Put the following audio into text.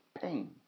pain